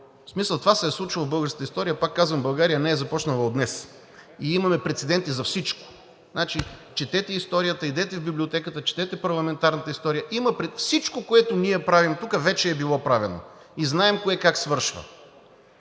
проблем. Това се е случвало в българската история. Пак казвам, България не е започнала от днес и имаме прецеденти за всичко. Четете историята, идете в библиотеката, четете парламентарната история. Има всичко, което ние правим тук, вече е било правено и знаем кое как свършва.